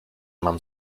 mam